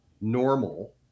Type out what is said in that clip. normal